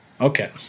Okay